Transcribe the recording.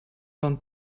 van